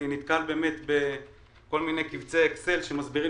אני נתקל באמת בכל מיני קבצי אקסל שמסבירים